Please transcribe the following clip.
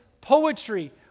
poetry